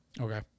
Okay